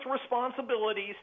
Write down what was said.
responsibilities